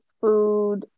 food